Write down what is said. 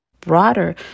Broader